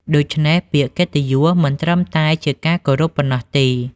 ដូច្នេះ ពាក្យកិត្តិយសមិនត្រឹមតែជាការគោរពប៉ុណ្ណោះទេ។